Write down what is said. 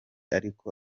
ariko